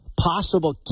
Possible